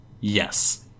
Yes